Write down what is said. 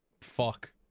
fuck